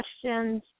questions